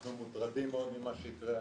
אנחנו מוטרדים מאוד ממה שיקרה.